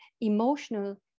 emotional